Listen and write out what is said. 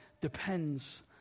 depends